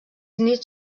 nits